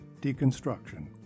Deconstruction